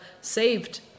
saved